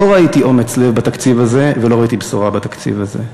לא ראיתי אומץ לב בתקציב הזה ולא ראיתי בשורה בתקציב הזה.